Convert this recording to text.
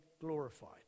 glorified